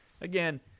again